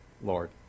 Lord